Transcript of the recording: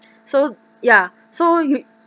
so ya so you